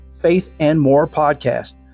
faithandmorepodcast